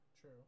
True